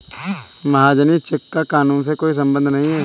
महाजनी चेक का कानून से कोई संबंध नहीं है